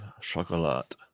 chocolate